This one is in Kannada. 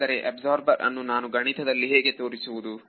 ಆದರೆ ಅಬ್ಸಾರ್ಬರ್ಅನ್ನು ನಾನು ಗಣಿತದಲ್ಲಿ ಹೇಗೆ ತೋರಿಸುವುದು